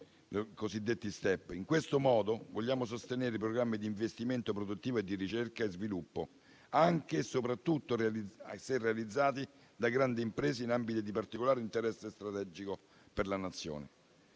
In questo modo vogliamo sostenere i programmi di investimento produttivo e di ricerca e sviluppo, anche e soprattutto se realizzati da grandi imprese in ambiti di particolare interesse strategico per la Nazione.